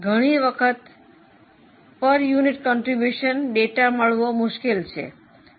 ઘણી વખતે પ્રતિ એકમ ફાળોના ડેટા મળવું મુશ્કેલ છે